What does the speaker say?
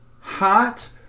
hot